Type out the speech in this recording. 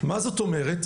מה זאת אומרת?